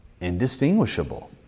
indistinguishable